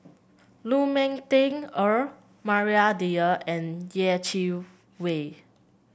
Lu Ming Teh Earl Maria Dyer and Yeh Chi Wei